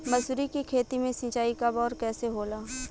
मसुरी के खेती में सिंचाई कब और कैसे होला?